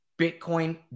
Bitcoin